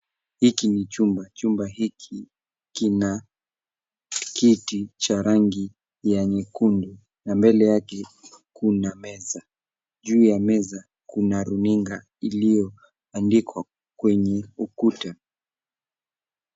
Hiki ni chumba, chumba hiki kina kiti cha rangi ya nyekundu na mbele yake kuna meza. Juu ya meza kuna runinga iliyoandikwa kwenye ukuta.